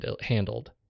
handled